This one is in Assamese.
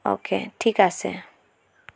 অ' কে ঠিক আছে